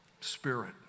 Spirit